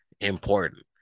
important